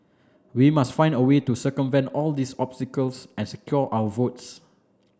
we must find a way to circumvent all these obstacles and secure our votes